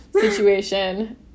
situation